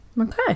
okay